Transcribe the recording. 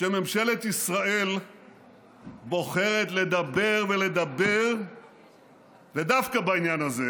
שממשלת ישראל בוחרת לדבר ולדבר ודווקא בעניין הזה,